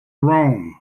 rome